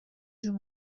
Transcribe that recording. جور